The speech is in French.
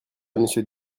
monsieur